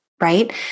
right